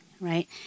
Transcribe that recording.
Right